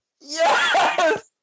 Yes